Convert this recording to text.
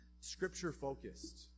Scripture-focused